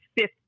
fifth